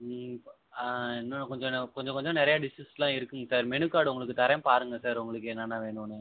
என்னன்னா கொஞ்சோன்டு கொஞ்ச கொஞ்ச நிறையா டிஷ்ஷஷ்லாம் இருக்காங்க சார் மெனு கார்டு உங்களுக்கு தரேன் பாருங்கள் சார் உங்களுக்கு என்னனென்ன வேணும்ன்னு